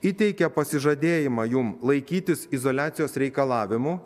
įteikia pasižadėjimą jum laikytis izoliacijos reikalavimų